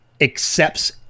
accepts